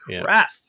crap